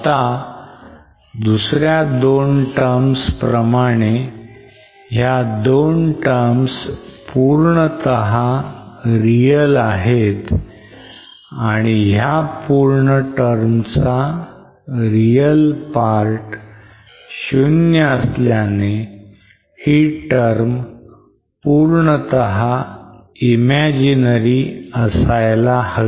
आता दुसऱ्या दोन terms प्रमाणे ह्या दोन terms पूर्णतः real आहेत आणि ह्या पूर्ण termचा real part शून्य असल्याने ही term पूर्णतः imaginary असायला हवी